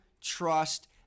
trust